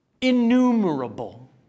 innumerable